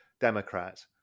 Democrat